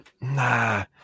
nah